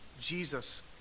Jesus